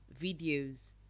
videos